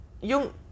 yung